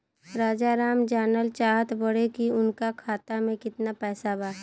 राजाराम जानल चाहत बड़े की उनका खाता में कितना पैसा बा?